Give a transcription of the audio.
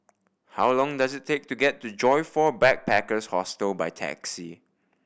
how long does it take to get to Joyfor Backpackers' Hostel by taxi